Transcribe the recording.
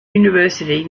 university